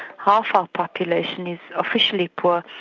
half our population is officially poor,